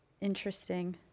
Interesting